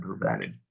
prevented